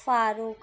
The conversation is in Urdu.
فاروق